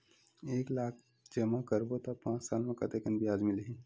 एक लाख जमा करबो त पांच साल म कतेकन ब्याज मिलही?